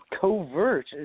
covert